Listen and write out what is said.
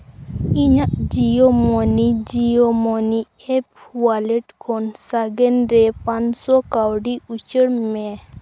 ᱤᱧᱟᱹᱜ Jio money Jio money app wallet ᱠᱷᱚᱱ ᱥᱟᱜᱮᱱ ᱨᱮ ᱯᱟᱸᱪᱥᱚ ᱠᱟᱹᱣᱰᱤ ᱩᱪᱟᱹᱲ ᱢᱮ